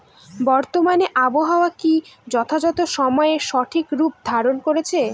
বর্তমানে আবহাওয়া কি যথাযথ সময়ে সঠিক রূপ ধারণ করছে?